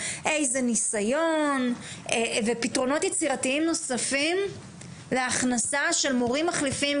איזה ניסיון ופתרונות יצירתיים נוספים להכנסה של מורים מחליפים,